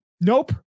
Nope